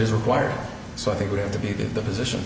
is required so i think we have to be give the position